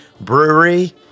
Brewery